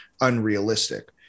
unrealistic